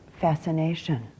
fascination